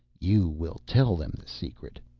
you will tell them the secret.